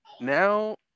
now